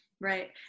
Right